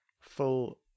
Full